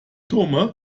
tomé